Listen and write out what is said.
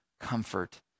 comfort